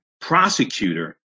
Prosecutor